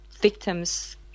victims